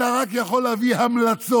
אתה רק יכול להביא המלצות.